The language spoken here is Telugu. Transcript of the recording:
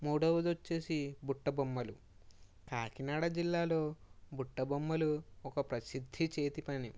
మూడొవదొచ్చేసి బుట్ట బొమ్మలు కాకినాడ జిల్లాలో బుట్టబొమ్మలు ఒక ప్రసిద్ధి చేతి పని